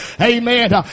Amen